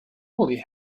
will